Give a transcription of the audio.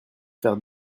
faire